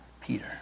Peter